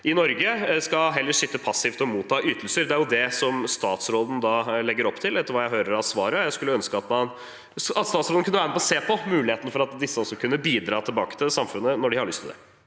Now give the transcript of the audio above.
i Norge, heller skal sitte passivt og motta ytelser? Det er det statsråden legger opp til etter hva jeg hører av svaret, og jeg skulle ønske at statsråden kunne være med og se på muligheten for at også disse kunne bidra tilbake til samfunnet når de har lyst til det.